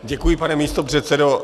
Děkuji, pane místopředsedo.